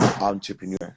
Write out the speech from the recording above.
entrepreneur